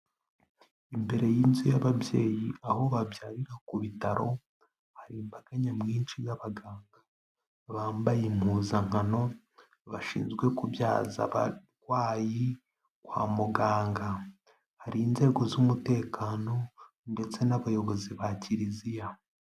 Imbere y'inzu y'ababyeyi, aho babyarira ku bitaro, hari imbaga nyamwinshi y'abaganga bambaye impuzankano, bashinzwe kubyaza abarwayi kwa muganga. Hari inzego z'umutekano ndetse n'abayobozi ba kiliziya.